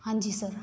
ਹਾਂਜੀ ਸਰ